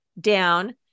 down